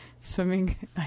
swimming